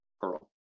Pearl